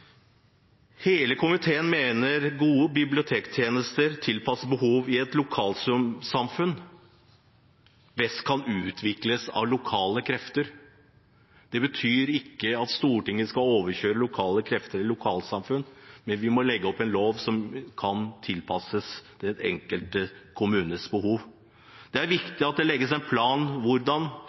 Hele komiteen mener gode bibliotektjenester tilpasset behovene i et lokalsamfunn best kan utvikles av lokale krefter. Det betyr at Stortinget ikke skal overkjøre lokale krefter eller lokalsamfunn, men vi må lage en lov som kan tilpasses den enkelte kommunes behov. Det er viktig at det legges en plan for hvordan